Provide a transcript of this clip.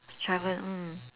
travel mm